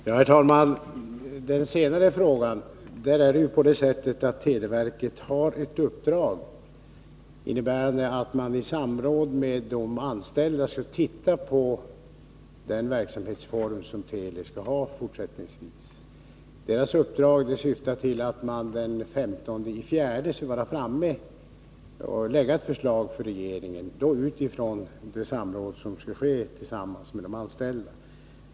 Herr talman! Beträffande den senare frågan vill jag säga att televerket har ett uppdrag innebärande att i samråd med de anställda se på den verksamhetsform som Teli skall ha fortsättningsvis. Uppdraget syftar till att man den 15 april skall lägga fram ett förslag för regeringen, utifrån det samråd som skall ske med de anställda.